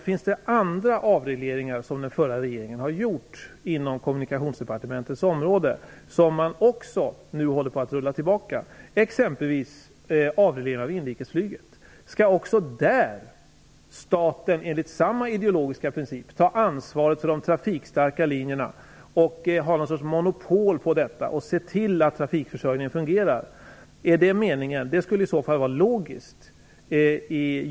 Finns det andra avregleringar som den förra regeringen har genomfört inom Kommunikationsdepartementets område som ni också håller på att rulla tillbaka, som exempelvis avregleringen av inrikesflyget? Skall staten också där enligt samma ideologiska princip ta ansvaret för de trafikstarka linjerna och ha någon sorts monopol på detta och se till att trafikförsörjningen fungerar? Är detta meningen? Det skulle i så fall vara logiskt.